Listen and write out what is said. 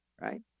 right